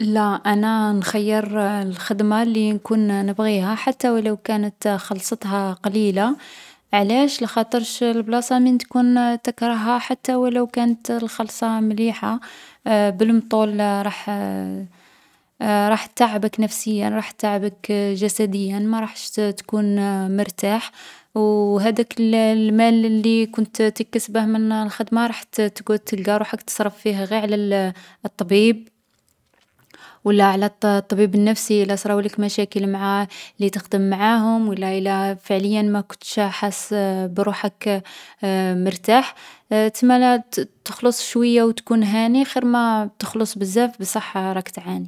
﻿لا أنا نخير الخدمة اللي نكون نبغيها حتى ولو كانت خلصتها قليلة، علاش لخاطرش البلاصة من تكون تكرهها حتى ولو كانت الخلصة مليحة بالمطول رح رح تعبك نفسيا رح تعبك جسديا ما رح تكون مرتاح وهذاك المال اللي كنت تكسبه من الخدمة رح تقعد تلقا روحك تصرف فيها غير على الطبيب ولا على الط- طبيب النفسي إلا صراولك مشاكل مع اللي تخدم معاهم ولا إلا فعليا ما كنت حاس بروحك مرتاح تمنى تخلص شوية وتكون هاني خير ما تخلص بزاف بصح رح تعاني.